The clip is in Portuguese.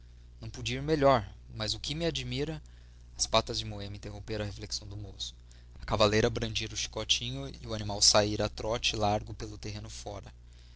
não podia ir melhor mas o que me admira as patas de moema interromperam a reflexão do moço a cavaleira brandira o chicotinho e o animal saíra a trote largo pelo terreiro fora